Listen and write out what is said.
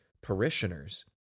parishioners